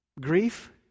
grief